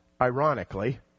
ironically